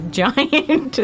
giant